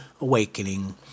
awakening